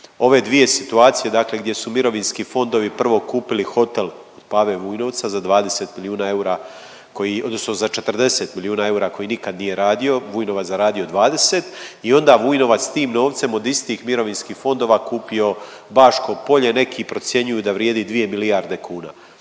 ove dvije situacije dakle gdje su mirovinski fondovi prvo kupili hotel Pave Vujnovca za 20 milijuna eura koji odnosno za 40 milijuna eura koji nikad nije radio, Vujnovac zaradio 20 i onda Vujnovac s tim novcem od istih mirovinskih fondova kupio Baško Polje, neki procjenjuju da vrijedi 2 milijarde kuna.